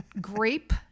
grape